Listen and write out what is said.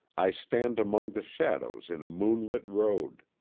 i stand among the shadows in a moonlit road.